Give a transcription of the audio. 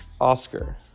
Oscar